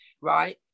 right